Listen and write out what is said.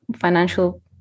financial